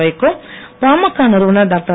வைகோ பாமக நிறுவனர் டாக்டர்